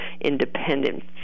independent